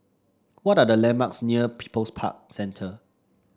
what are the landmarks near People's Park Centre